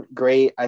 great